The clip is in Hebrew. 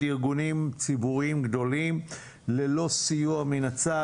ארגונים ציבוריים גדולים ללא סיוע מן הצד,